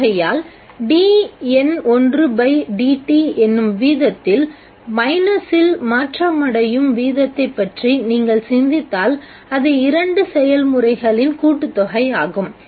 ஆகையால் dN1dt என்னும் வீதத்தில் மைனஸில் மாற்றமடையும் வீதத்தைப் பற்றி நீங்கள் சிந்தித்தால் அது இரண்டு செயல்முறைகளின் கூட்டுத்தொகை ஆகும்